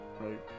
Right